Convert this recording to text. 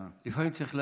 לפעמים צריך להבין,